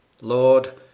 Lord